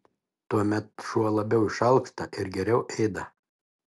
tuomet šuo labiau išalksta ir geriau ėda